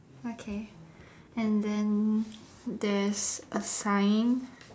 okay and then there's a sign